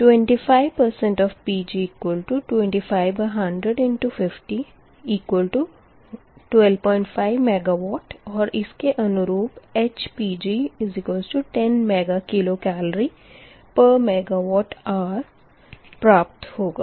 25 of Pg25100×50125 MWऔर इसके अनुरूप HPg10 MkcalMWhr प्राप्त होगा